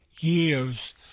years